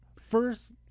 First